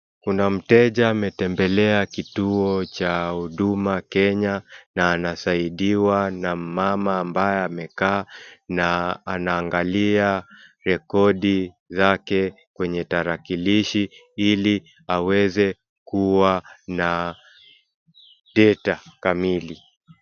Kuna mteja ametembelea kituo cha huduma Kenya na anasaidiwa na mmama ambaye amekaa na angalia rekodi zake kwenye talakilishi hili aweze kuwa na data kamili.